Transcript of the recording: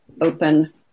open